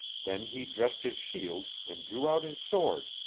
then he dressed his shield, and drew out his sword,